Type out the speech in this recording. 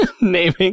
naming